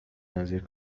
نظیر